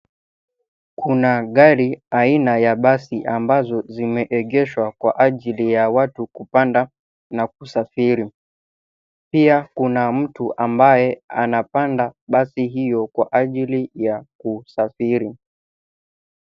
Kuna gari aina ya basi ambazo zimeegeshwa kwa ajili ya watu kupanda na kusafiri. Pia kuna mtu ambaye anapanda basi hiyo kwa ajili ya kusafiri.